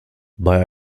bei